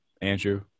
Andrew